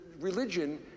religion